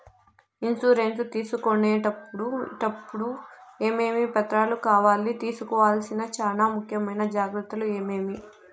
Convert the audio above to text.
Insurance తీసుకునేటప్పుడు టప్పుడు ఏమేమి పత్రాలు కావాలి? తీసుకోవాల్సిన చానా ముఖ్యమైన జాగ్రత్తలు ఏమేమి?